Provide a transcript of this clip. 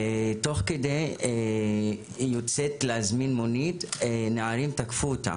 ותוך כדי היא יוצאת להזמין מונית ונערים תקפו אותה,